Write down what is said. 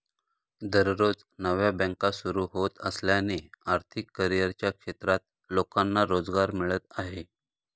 दररोज नव्या बँका सुरू होत असल्याने आर्थिक करिअरच्या क्षेत्रात लोकांना रोजगार मिळत आहे